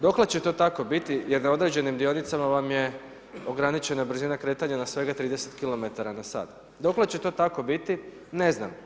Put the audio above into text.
Dokle će to tako biti Jer na određenim dionicama vam je ograničena brzina kretanja na svega 30 km/h. Dokle će to tako biti, ne znam.